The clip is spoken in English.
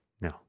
No